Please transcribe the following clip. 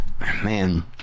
man